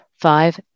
five